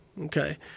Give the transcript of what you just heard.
Okay